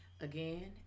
Again